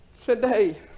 Today